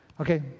Okay